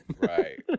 right